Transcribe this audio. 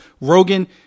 Rogan